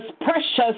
precious